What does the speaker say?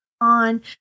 on